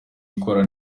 ikora